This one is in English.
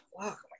fuck